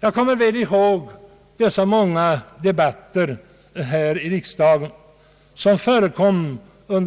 Jag kommer väl ihåg de många debatter som förekom här i